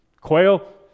quail